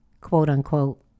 quote-unquote